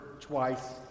twice